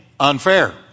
unfair